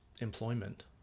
employment